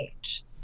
age